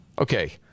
Okay